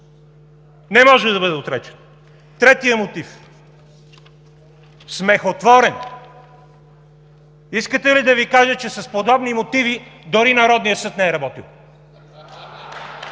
Не може да бъде отречен! Третият мотив – смехотворен! Искате ли да Ви кажа, че с подобни мотиви дори Народният съд не е работил?